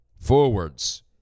forwards